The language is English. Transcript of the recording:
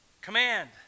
command